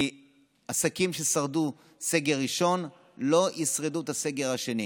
כי עסקים ששרדו בסגר ראשון לא ישרדו בסגר השני.